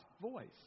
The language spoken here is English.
voice